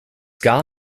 gar